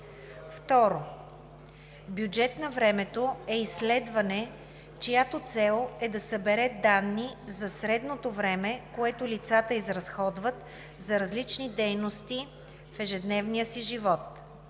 2. „Бюджет на времето“ е изследване, чиято цел е да събере данни за средното време, което лицата изразходват за различни дейности в ежедневния си живот.